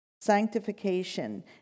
Sanctification